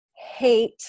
hate